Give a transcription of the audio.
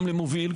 גם למובילים.